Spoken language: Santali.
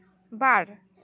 ᱵᱟᱨ